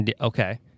Okay